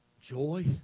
joy